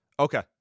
Okay